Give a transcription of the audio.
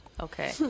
Okay